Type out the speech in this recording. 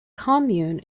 commune